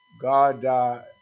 God